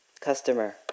Customer